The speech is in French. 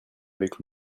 avec